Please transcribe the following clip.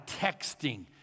texting